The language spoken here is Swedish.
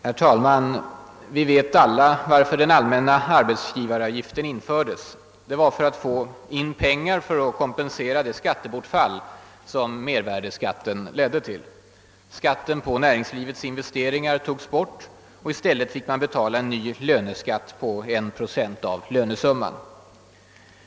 Herr talman! Vi vet alla varför den allmänna arbetsgivaravgiften infördes. Det var för att få in pengar för att kompensera det skattebortfall som mervärdeskatten ledde till. Skatten på näringslivets investeringar togs bort. I stället fick man betala en ny löneskatt på 1 procent av lönesumman.